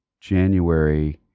January